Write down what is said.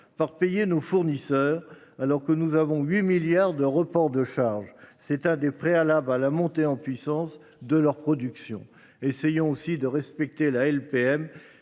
par payer nos fournisseurs, alors que nous avons 8 milliards d’euros de reports de charge. C’est l’un des préalables à la montée en puissance de leur production. Essayons aussi de respecter la loi